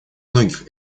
многих